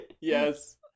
yes